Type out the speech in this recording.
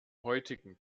heutigen